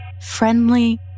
Friendly